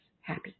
happy